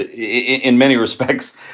ah in many respects,